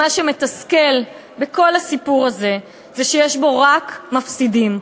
מה שמתסכל בכל הסיפור הזה זה שיש בו רק מפסידים,